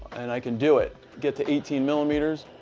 and i can do it, get to eighteen millimeters,